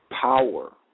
power